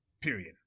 period